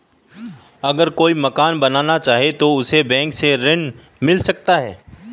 अगर कोई मकान बनाना चाहे तो उसे बैंक से ऋण मिल सकता है?